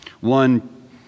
One